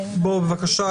בבקשה.